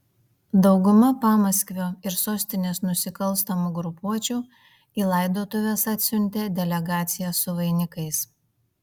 dauguma pamaskvio ir sostinės nusikalstamų grupuočių į laidotuves atsiuntė delegacijas su vainikais